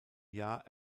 jahr